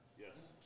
Yes